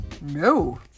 no